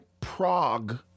Prague